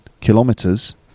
kilometers